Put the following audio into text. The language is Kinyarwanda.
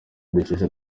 dukesha